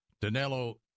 Danilo